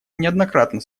неоднократно